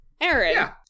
Aaron